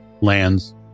lands